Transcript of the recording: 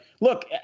look